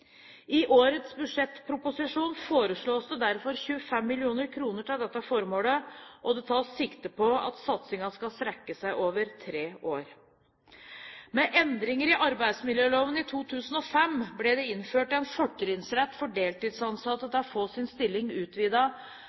I årets budsjettproposisjon foreslås det derfor 25 mill. kr til dette formålet, og det tas sikte på at satsingen skal strekke seg over tre år. Med endringer i arbeidsmiljøloven i 2005 ble det innført en fortrinnsrett for deltidsansatte til å få sin stilling